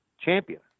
champion